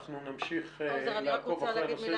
אנחנו נמשיך ונעקוב --- אני רק רוצה לומר מילה,